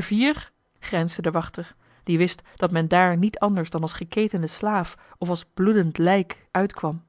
vier grijnsde de wachter die wist dat men daar niet anders dan als geketende slaaf of als bloedend lijk uitkwam